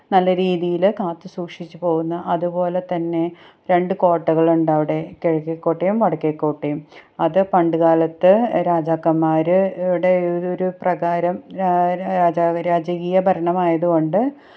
നല്ല രീതിയില് കാത്ത് സൂക്ഷിച്ച് പോകുന്ന അതുപോലെതന്നെ രണ്ട് കോട്ടകളുണ്ടവിടെ കിഴക്കേക്കോട്ടയും വടക്കേക്കോട്ടയും അത് പണ്ട് കാലത്ത് രാജാക്കന്മാരുടെ ഒരുരു പ്രകാരം രാ രാജാവ് രാജകീയ ഭരണമായത് കൊണ്ട്